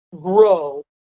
grow